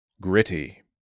gritty